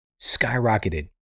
skyrocketed